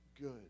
good